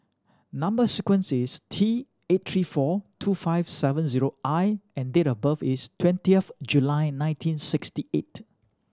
number sequence is T eight three four two five seven zero I and date of birth is twentieth July nineteen sixty eight